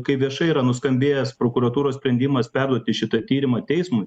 kai viešai yra nuskambėjęs prokuratūros sprendimas perduoti šitą tyrimą teismui